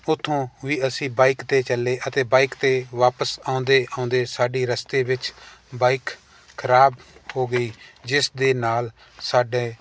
ਉੱਥੋਂ ਵੀ ਅਸੀਂ ਬਾਈਕ 'ਤੇ ਚੱਲੇ ਅਤੇ ਬਾਈਕ 'ਤੇ ਵਾਪਿਸ ਆਉਂਦੇ ਆਉਂਦੇ ਸਾਡੀ ਰਸਤੇ ਵਿੱਚ ਬਾਈਕ ਖਰਾਬ ਹੋ ਗਈ ਜਿਸ ਦੇ ਨਾਲ ਸਾਡੇ